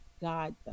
God